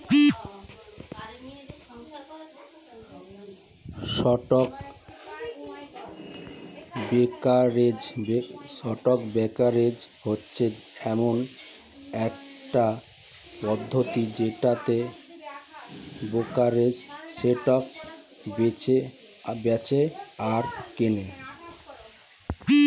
stock brokerage হচ্ছে এমন একটা পদ্ধতি যেটাতে ব্রোকাররা স্টক বেঁচে আর কেনে